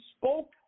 spoke